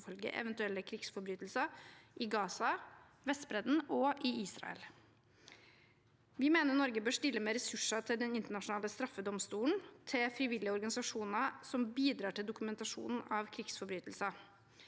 eventuelle krigsforbrytelser i Gaza, på Vestbredden og i Israel. Vi mener Norge bør stille med ressurser til Den internasjonale straffedomstolen og til frivillige organisasjoner som bidrar til dokumentasjon av krigsforbrytelser.